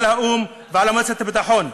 על האו"ם ועל מועצת הביטחון,